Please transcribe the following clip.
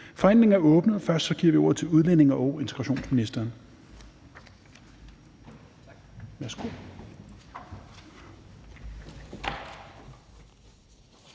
Forhandlingen er åbnet, og vi giver først ordet til udlændinge- og integrationsministeren.